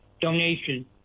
donation